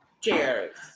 Cheers